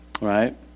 Right